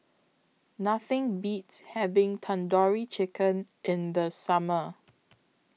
Nothing Beats having Tandoori Chicken in The Summer